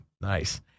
Nice